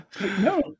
No